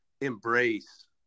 embrace